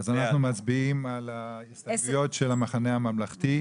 אנחנו מצביעים על ההסתייגויות של המחנה הממלכתי.